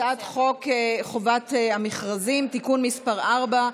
הצעת חוק חובת המכרזים (תיקון מס' 24,